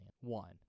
One